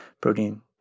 protein